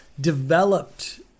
developed